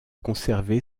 conservé